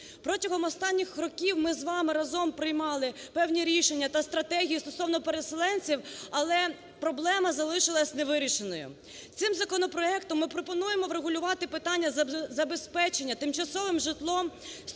Протягом останніх років ми з вами разом приймали певні рішення та стратегії стосовно переселенців, але проблема залишилася невирішеною. Цим законопроектом ми пропонуємо врегулювати питання забезпечення тимчасовим житлом